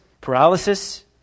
paralysis